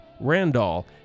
Randall